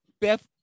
Beth